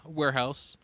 warehouse